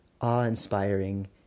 awe-inspiring